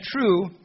true